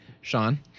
Sean